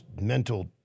mental